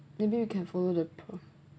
maybe you can follow the po~